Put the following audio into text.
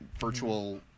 virtual